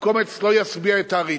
הקומץ לא ישביע את הארי.